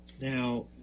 Now